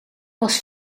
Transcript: was